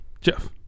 Jeff